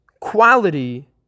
quality